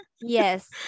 Yes